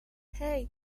hey